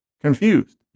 confused